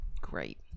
Great